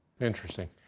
Interesting